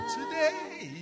Today